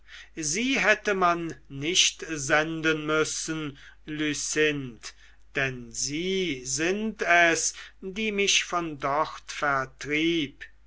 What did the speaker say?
sie hätte man nicht senden müssen lucinde denn sie sind es die mich von dort vertrieb